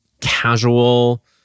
casual